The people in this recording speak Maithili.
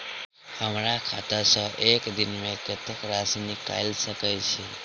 हमरा खाता सऽ एक दिन मे कतेक राशि निकाइल सकै छी